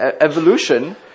evolution